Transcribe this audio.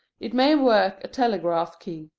it may work telegraph key.